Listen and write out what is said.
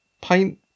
paint